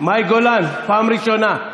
מאי גולן, פעם ראשונה.